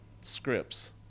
scripts